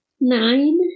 Nine